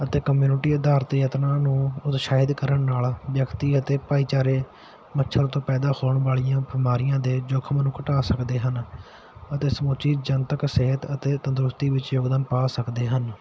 ਅਤੇ ਕਮਿਊਨਿਟੀ ਅਧਾਰ 'ਤੇ ਯਤਨਾਂ ਨੂੰ ਉਤਸ਼ਾਹਿਤ ਕਰਨ ਨਾਲ ਵਿਅਕਤੀ ਅਤੇ ਭਾਈਚਾਰੇ ਮੱਛਰ ਤੋਂ ਪੈਦਾ ਹੋਣ ਵਾਲੀਆਂ ਬਿਮਾਰੀਆਂ ਦੇ ਜੋਖਮ ਨੂੰ ਘਟਾ ਸਕਦੇ ਹਨ ਅਤੇ ਸਮੁੱਚੀ ਜਨਤਕ ਸਿਹਤ ਅਤੇ ਤੰਦਰੁਸਤੀ ਵਿੱਚ ਯੋਗਦਾਨ ਪਾ ਸਕਦੇ ਹਨ